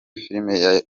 filime